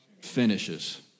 finishes